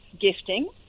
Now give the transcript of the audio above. gifting